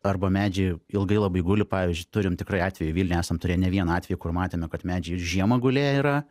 arba medžiai ilgai labai guli pavyzdžiui turim tikrai atvejų vilniuj esam turėję ne vieną atvejį kur matėme kad medžiai iir žiemą gulėję yra